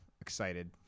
excited